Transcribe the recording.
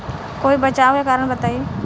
कोई बचाव के कारण बताई?